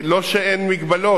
לא שאין מגבלות.